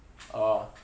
oh